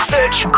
Search